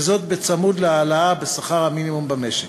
וזאת בצמוד להעלאה בשכר המינימום במשק.